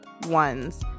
...ones